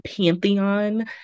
pantheon